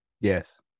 Yes